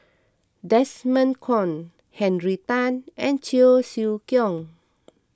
Desmond Kon Henry Tan and Cheong Siew Keong